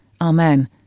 Amen